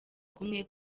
kumwe